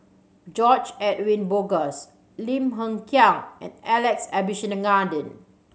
George Edwin Bogaars Lim Hng Kiang and Alex Abisheganaden